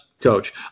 Coach